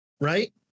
right